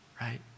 right